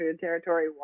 territory